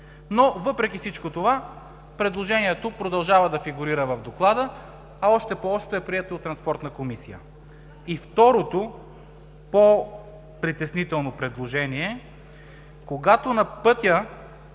но въпреки всичко предложението продължава да фигурира в доклада, а още по-лошото е, че е прието от Транспортната комисия. И второто, по-притеснително предложение: „Когато на пътя